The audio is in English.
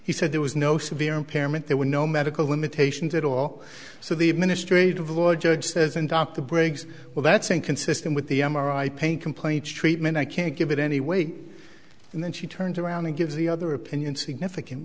he said there was no severe impairment there were no medical limitations at all so the administrative law judge says sent out the briggs well that's inconsistent with the m r i pain complaints treatment i can't give it anyway and then she turns around and gives the other opinion significant